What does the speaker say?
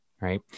right